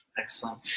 Excellent